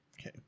Okay